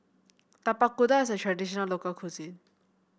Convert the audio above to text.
Tapak Kuda is a traditional local cuisine